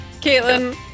Caitlin